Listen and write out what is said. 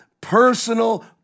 personal